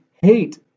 hate